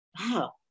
wow